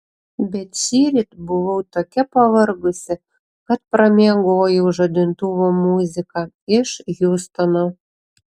bet šįryt buvau tokia pavargusi kad pramiegojau žadintuvo muziką iš hjustono